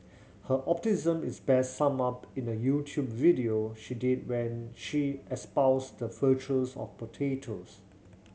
her optimism is best summed up in a YouTube video she did when she espoused the virtues of potatoes